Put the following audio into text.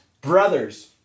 brothers